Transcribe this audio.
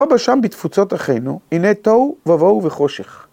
אבא שם בתפוצת אחינו, הנה תוהו ובוהו וחושך.